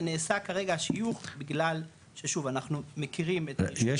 נעשה כרגע שיוך בגלל ששוב אנחנו מכירים את ה יש